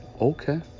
okay